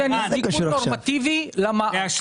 מותר